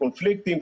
פוליטיים,